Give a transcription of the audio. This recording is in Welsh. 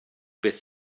beth